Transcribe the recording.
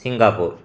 Singapore